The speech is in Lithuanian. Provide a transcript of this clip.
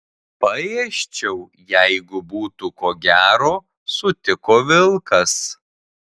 paėsčiau jeigu būtų ko gero sutiko vilkas